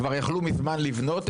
כבר יכלו מזמן לבנות,